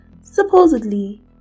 supposedly